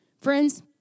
Friends